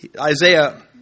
Isaiah